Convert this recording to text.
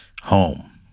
home